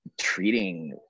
treating